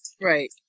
Right